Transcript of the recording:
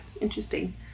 Interesting